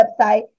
website